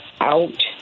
out